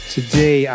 Today